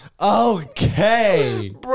Okay